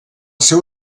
seu